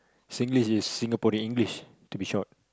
Singlish is Singaporean English to be short